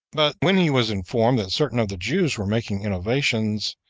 but when he was informed that certain of the jews were making innovations,